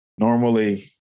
Normally